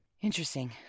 Interesting